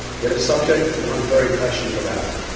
yet a subject that i'm very passionate about,